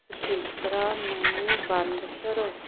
ਸਪੀਕਰਾਂ ਨੂੰ ਬੰਦ ਕਰੋ